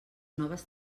noves